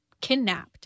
kidnapped